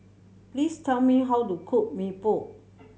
please tell me how to cook Mee Pok